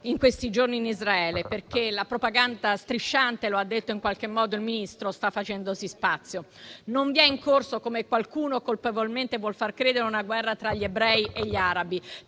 in questi giorni in Israele, perché la propaganda strisciante - come ha detto il Ministro - sta facendosi spazio. Non vi è in corso - come qualcuno colpevolmente vuol far credere - una guerra tra gli ebrei e gli arabi,